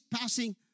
passing